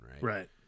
right